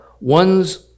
ones